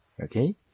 Okay